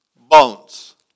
bones